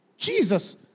Jesus